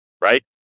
Right